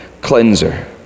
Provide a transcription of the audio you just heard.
cleanser